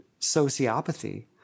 sociopathy